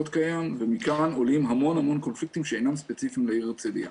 קיים ומכאן עולים המון המון קונפליקטים שאינם ספציפיים לעיר הרצליה.